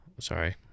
Sorry